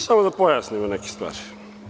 Samo da pojasnim neke stvari.